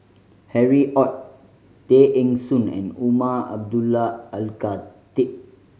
Harry Ord Tay Eng Soon and Umar Abdullah Al Khatib